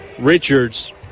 Richards